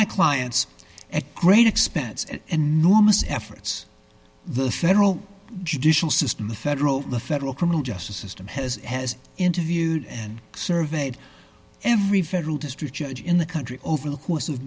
my clients at great expense and enormous efforts the federal judicial system the federal the federal criminal justice system has has interviewed and surveyed every federal district judge in the country over the course of